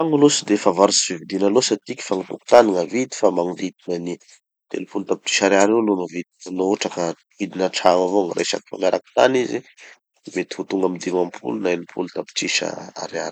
Gny tragno aloha tsy de favarotsy fividina loatsy atiky fa gny tokotany gn'avidy fa magnodidina gny telopolo tapitrisa ariary eo aloha gny vidiny no hotraka vidina tragno avao gny resaky. Fa miaraky tany izy, mety ho tonga amy dimapolo na enim-polo tapitrisa ariary.